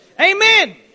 Amen